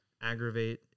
aggravate